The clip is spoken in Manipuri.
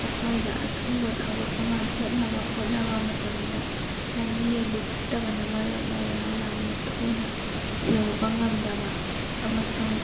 ꯑꯩꯈꯣꯏꯅ ꯑꯊꯨꯕ ꯊꯕꯛ ꯑꯃ ꯆꯠꯅꯕ ꯍꯣꯠꯅꯕ ꯃꯇꯝꯗ ꯂꯝꯕꯤ ꯑꯗꯨ ꯐꯠꯇꯕꯅ ꯃꯔꯝ ꯑꯣꯏꯔꯒ ꯌꯥꯝꯅ ꯊꯨꯅ ꯌꯧꯕ ꯉꯝꯗꯕ ꯑꯃꯁꯨꯡ